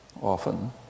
often